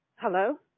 Hello